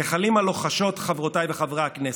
את הגחלים הלוחשות, חברותיי וחבריי הכנסת,